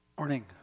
morning